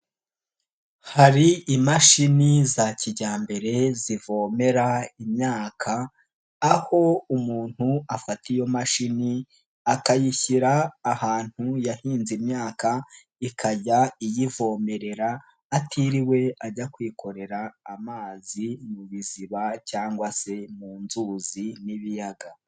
Hari imashini za kijyambere zivomera imyaka aho umuntu afata iyo mashini akayishyira ahantu yahinze imyaka ikajya iyivomerera atiriwe ajya kwikorera amazi mu biziba cyangwa se mu nzuzi n'ibiyaga.